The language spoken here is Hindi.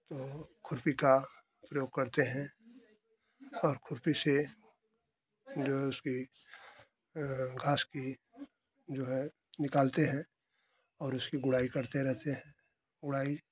और खुरपी का प्रयोग करते हैं और खुरपी से जो है उसकी घास की जो है निकालते हैं और उसकी गुड़ाई करते रहते हैं गुड़ाई